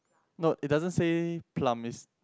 no it doesn't say plum is